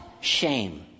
shame